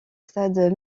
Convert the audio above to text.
stade